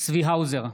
צבי האוזר,